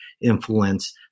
influence